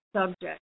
subject